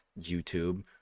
YouTube